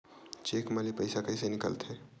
Cheque म ले पईसा कइसे निकलथे?